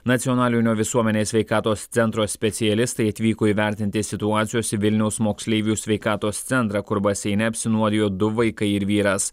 nacionalinio visuomenės sveikatos centro specialistai atvyko įvertinti situacijos į vilniaus moksleivių sveikatos centrą kur baseine apsinuodijo du vaikai ir vyras